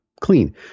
clean